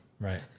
Right